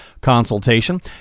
consultation